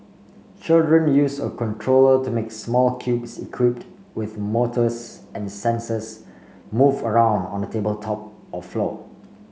children use a controller to make small cubes equipped with motors and sensors move around on a tabletop or floor